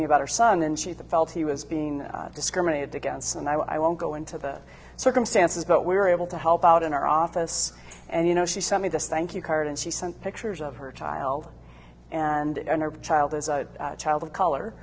me about her son and she felt he was being discriminated against and i won't go into the circumstances but we were able to help out in our office and you know she sent me this thank you card and she sent pictures of her child and her child as a child of color